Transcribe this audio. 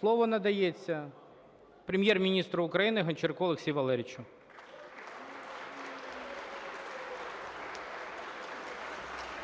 Слово надається Прем’єр-міністру України Гончаруку Олексію Валерійовичу.